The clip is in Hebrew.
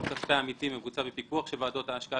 כספי העמיתים הם בפיקוח של ועדות השקעה